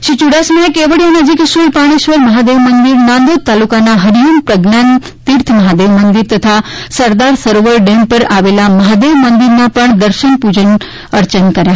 શ્રી ચુડાસમાએ કેવડિયા નજીક શુલપાણેશ્વર મહાદેવ મંદિર નાંદોદ તાલુકાના હરિઓમ પ્રજ્ઞાન તીર્થ મહાદેવ મંદિર તથા સરદાર સરોવર ડેમ ઉપર આવેલા મહાદેવ મંદિરના પણ દર્શન કરી પૂજા અર્ચના કરી હતી